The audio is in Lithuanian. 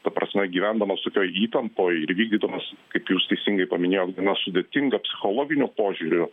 ta prasme gyvendamas tokioj įtampoj ir vykdydamas kaip jūs teisingai paminėjot gana sudėtingą psichologiniu požiūriu